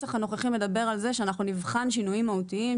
הנוסח הנוכחי מדבר על כך שאנחנו נבחן שינוים מהותיים,